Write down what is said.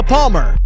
Palmer